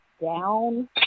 down